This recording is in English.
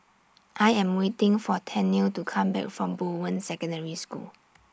I Am waiting For Tennille to Come Back from Bowen Secondary School